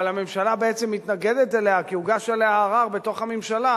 אבל הממשלה בעצם מתנגדת לה כי הוגש עליה ערר בתוך הממשלה,